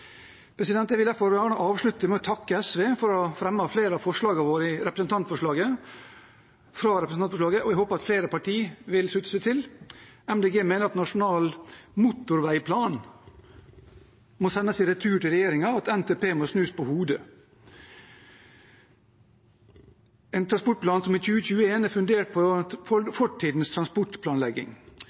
Jeg vil derfor gjerne avslutte med å takke SV for å ha fremmet flere av forslagene våre fra representantforslaget, og jeg håper at flere partier vil slutte seg til. Miljøpartiet De Grønne mener at «Nasjonal motorveiplan» må sendes i retur til regjeringen, og at NTP må snus på hodet. Det er en transportplan som i 2021 er fundert på fortidens transportplanlegging.